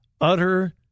utter